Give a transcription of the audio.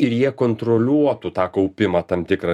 ir jie kontroliuotų tą kaupimą tam tikrą